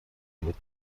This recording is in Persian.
بود